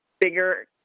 bigger